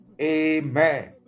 Amen